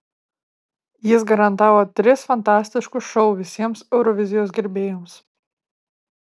jis garantavo tris fantastiškus šou visiems eurovizijos gerbėjams